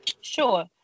Sure